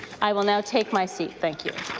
i will now take my seat. thank you.